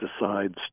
decides